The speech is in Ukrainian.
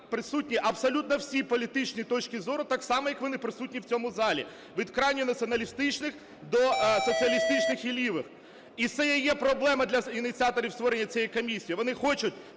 присутні абсолютно всі політичні точки зору, так само як вони присутні в цьому залі, від крайньо націоналістичних до соціалістичних і лівих. І це є проблема для ініціаторів створення цієї комісії, вони хочуть